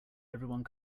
everyone